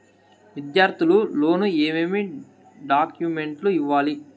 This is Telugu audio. విద్యార్థులు లోను ఏమేమి డాక్యుమెంట్లు ఇవ్వాలి?